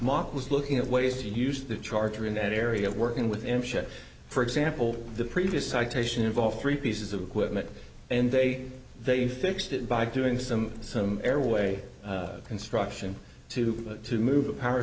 mark was looking at ways to use the charter in that area working with him ship for example the previous citation involve three pieces of equipment and they they fixed it by doing some some airway construction to move the power